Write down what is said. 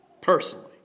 personally